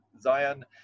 Zion